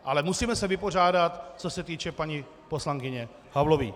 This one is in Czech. Ale musíme se vypořádat, co se týče paní poslankyně Havlové.